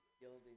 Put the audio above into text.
gilding